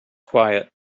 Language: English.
quiet